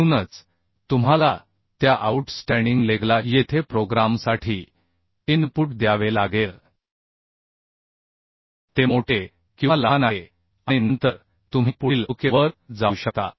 म्हणूनच तुम्हाला त्या आउटस्टँडिंग लेगला येथे प्रोग्रामसाठी इनपुट द्यावे लागेल ते मोठे किंवा लहान आहे आणि नंतर तुम्ही पुढील ओके वर जाऊ शकता